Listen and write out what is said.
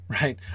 right